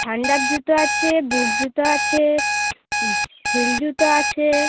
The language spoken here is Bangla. ঠান্ডার জুতো আছে বুট জুতো আছে হিল জুতো আছে